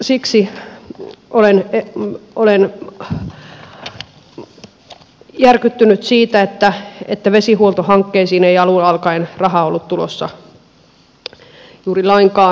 siksi olen järkyttynyt siitä että vesihuoltohankkeisiin ei alun alkaen rahaa ollut tulossa juuri lainkaan